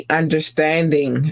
understanding